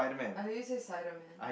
I heard you say side of men